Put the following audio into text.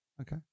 Okay